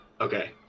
Okay